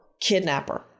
kidnapper